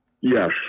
Yes